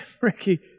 Ricky